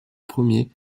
premier